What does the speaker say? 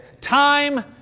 Time